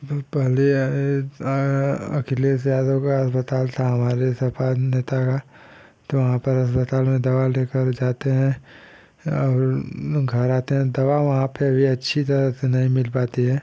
बहुत पहले आए अखिलेश यादव का अस्पताल था हमारे सपा नेता का तो वहाँ पर अस्पताल में दवा लेकर जाते हैं और घर आते हैं दवा वहाँ पर भी अच्छी तरह से नहीं मिल पाती है